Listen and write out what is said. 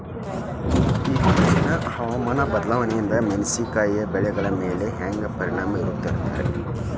ಇತ್ತೇಚಿನ ಹವಾಮಾನ ಬದಲಾವಣೆಯಿಂದ ಮೆಣಸಿನಕಾಯಿಯ ಬೆಳೆಗಳ ಮ್ಯಾಲೆ ಹ್ಯಾಂಗ ಪರಿಣಾಮ ಬೇರುತ್ತೈತರೇ?